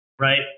Right